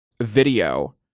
video